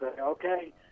okay